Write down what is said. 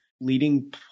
leading